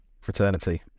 fraternity